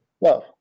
love